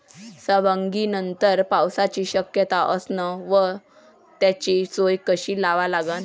सवंगनीनंतर पावसाची शक्यता असन त त्याची सोय कशी लावा लागन?